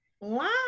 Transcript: Wow